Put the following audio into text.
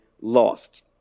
lost